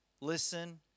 Listen